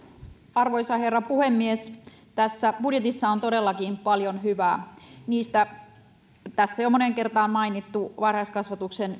arvoisa herra puhemies tässä budjetissa on todellakin paljon hyvää tässä jo moneen kertaan mainittu varhaiskasvatuksen